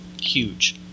huge